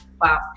Wow